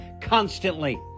constantly